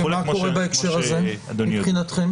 כמו שאדוני